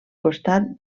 costat